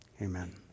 Amen